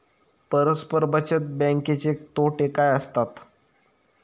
परस्पर बचत बँकेचे तोटे काय असतात?